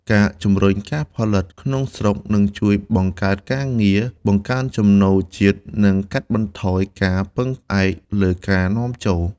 ការជំរុញការផលិតក្នុងស្រុកនឹងជួយបង្កើតការងារ បង្កើនចំណូលជាតិ និងកាត់បន្ថយការពឹងផ្អែកលើការនាំចូល។